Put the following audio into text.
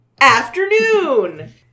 Afternoon